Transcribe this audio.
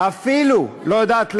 אפילו לא יודעת למה.